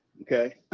okay